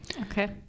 Okay